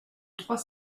trois